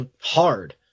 hard